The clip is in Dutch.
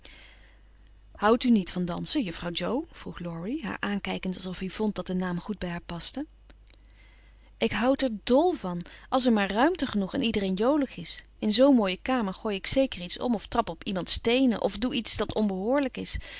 houdt u niet van dansen juffrouw jo vroeg laurie haar aankijkend alsof hij vond dat de naam goed bij haar paste ik houd er dol van als er maar ruimte genoeg en iedereen jolig is in zoo'n mooie kamer gooi ik zeker iets om of trap op iemands toonen of doe iets dat onbehoorlijk is